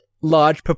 large